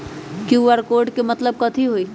QR code के मतलब कथी होई?